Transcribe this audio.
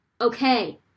Okay